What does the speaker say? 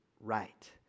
right